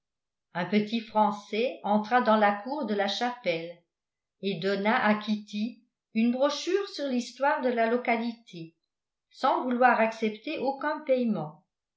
un petit français entra dans la cour de la chapelle et donna à kitty une brochure sur l'histoire de la localité sans vouloir accepter aucun paiement